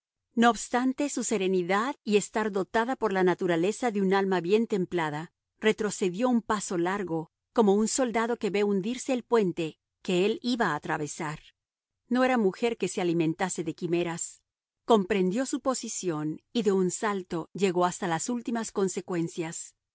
no obstante su serenidad y estar dotada por la naturaleza de un alma bien templada retrocedió un paso largo como el soldado que ve hundirse el puente que él iba a atravesar no era mujer que se alimentase de quimeras comprendió su posición y de un salto llegó hasta las últimas consecuencias